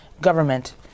government